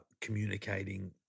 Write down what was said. communicating